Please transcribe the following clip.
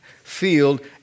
field